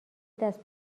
دست